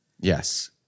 Yes